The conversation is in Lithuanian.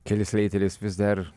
kelis sleiteris vis dar